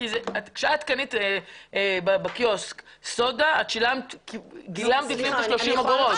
כשאת קנית בקיוסק סודה, שילמת 30 אגורות.